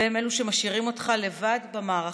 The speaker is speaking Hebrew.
והם אלו שמשאירים אותך לבד במערכה,